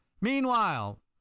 Meanwhile